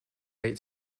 late